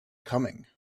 coming